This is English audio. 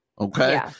Okay